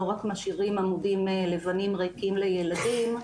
לא רק משאירים עמודים לבנים ריקים לילדים,